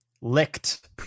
licked